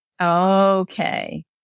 Okay